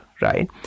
Right